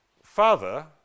Father